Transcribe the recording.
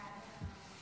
סעיפים 1